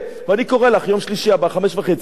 ואני קורא לך, יום שלישי הבא, 17:30, תודה.